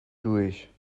durch